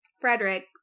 Frederick